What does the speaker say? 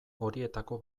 horietako